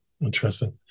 interesting